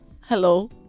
hello